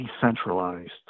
decentralized